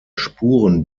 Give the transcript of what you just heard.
spuren